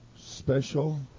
special